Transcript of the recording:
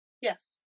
Yes